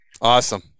Awesome